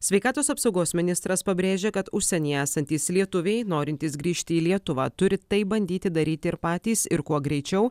sveikatos apsaugos ministras pabrėžė kad užsienyje esantys lietuviai norintys grįžti į lietuvą turi tai bandyti daryti ir patys ir kuo greičiau